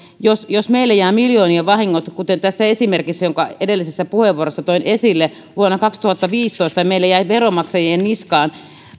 jos jos meille jää miljoonien vahingot kuten tässä esimerkissä jonka edellisessä puheenvuorossa toin esille vuonna kaksituhattaviisitoista meillä jäi veronmaksajien niskaan